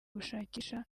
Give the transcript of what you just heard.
gushakisha